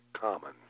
common